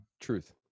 Truth